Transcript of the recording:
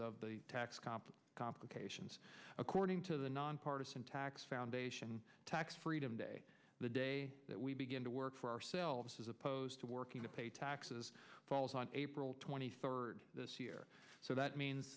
of tax complex complications according to the nonpartisan tax foundation tax freedom day the day that we begin to work for ourselves as opposed to working to pay taxes falls on april twenty third this year so that means